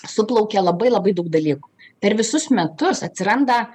suplaukė labai labai daug dalykų per visus metus atsiranda